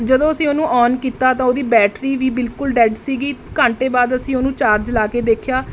ਜਦੋਂ ਅਸੀਂ ਉਹਨੂੰ ਔਨ ਕੀਤਾ ਤਾਂ ਉਹਦੀ ਬੈਟਰੀ ਵੀ ਬਿਲਕੁਲ ਡੈਡ ਸੀਗੀ ਘੰਟੇ ਬਾਅਦ ਅਸੀਂ ਉਹਨੂੰ ਚਾਰਜ ਲਾ ਕੇ ਦੇਖਿਆ